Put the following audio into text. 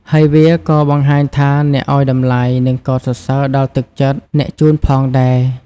ហើយវាក៏បង្ហាញថាអ្នកឱ្យតម្លៃ និងកោតសរសើរដល់ទឹកចិត្តអ្នកជូនផងដែរ។